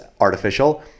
artificial